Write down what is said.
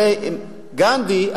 הרי גנדי,